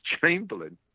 Chamberlain